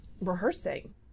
Rehearsing